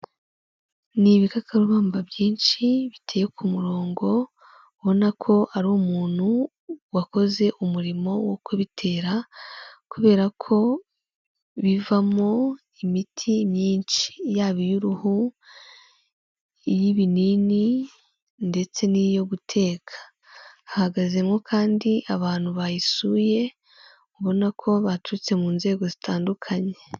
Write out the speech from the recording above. Ni ibikakarubamba byinshi, biteye ku murongo, ubona ko ari umuntu wakoze umurimo wo kubitera, kubera ko bivamo imiti myinshi, yaba iy'uruhu, iy'ibinini ndetse n'iyo guteka, hahagazemo kandi abantu bayisuye, ubona ko baturutse mu nzego zitandukanye.